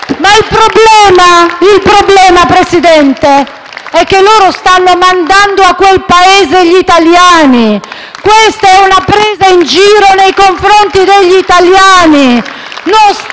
Ma il problema, signor Presidente, è che loro stanno mandando a quel Paese gli italiani! Questa è una presa in giro nei confronti degli italiani!